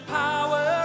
power